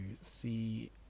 see